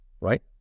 right